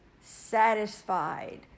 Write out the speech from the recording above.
satisfied